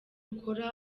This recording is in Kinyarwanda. ukora